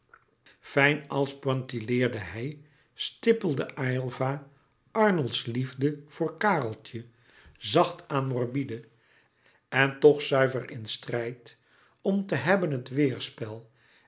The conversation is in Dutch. fijn als pointilleerde hij stippelde aylva arnolds liefde voor kareltje zacht aan morbide en toch zuiver in strijd om te heblouis couperus metamorfoze ben het weêrspel